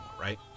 Right